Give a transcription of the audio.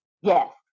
Yes